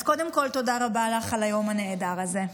אז קודם כול תודה רבה לך על היום הנהדר הזה.